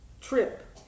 trip